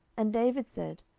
and david said,